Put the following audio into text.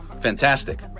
Fantastic